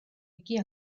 იგი